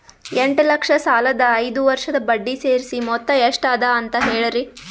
ಎಂಟ ಲಕ್ಷ ಸಾಲದ ಐದು ವರ್ಷದ ಬಡ್ಡಿ ಸೇರಿಸಿ ಮೊತ್ತ ಎಷ್ಟ ಅದ ಅಂತ ಹೇಳರಿ?